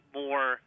more